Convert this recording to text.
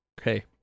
Okay